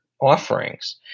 offerings